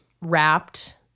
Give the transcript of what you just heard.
wrapped